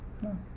no